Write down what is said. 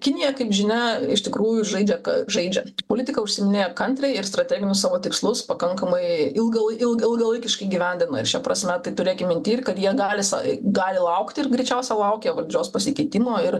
kinija kaip žinia iš tikrųjų žaidžia žaidžia politiką užsiiminėja kantriai ir strateginius savo tikslus pakankamai ilgą ilg ilgalaikiškai gyvendina ir šia prasme tai turėkim minty ir kad jie gali sa gali laukti ir greičiausia laukia valdžios pasikeitimo ir